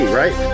right